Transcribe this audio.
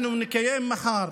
אנחנו נקיים מחר